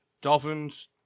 Dolphins